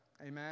amen